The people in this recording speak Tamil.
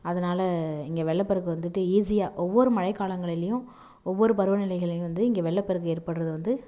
அதனால் இங்கே வெள்ளப்பெருக்கு வந்துட்டு ஈஸியாக ஒவ்வொரு மழைக்காலங்களிலையும் ஒவ்வொரு பருவநிலைகளிலும் வந்து இங்க வெள்ளப்பெருக்கு ஏற்படறது வந்து